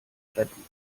retten